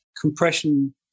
compression